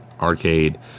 arcade